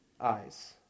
eyes